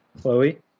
Chloe